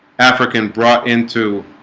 african brought into